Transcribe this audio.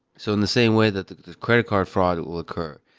so in the same way that the credit card fraud will occur.